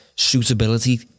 Suitability